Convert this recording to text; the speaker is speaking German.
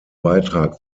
beitrag